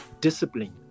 discipline